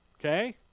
Okay